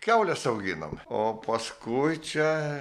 kiaules auginom o paskui čia